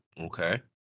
Okay